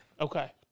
Okay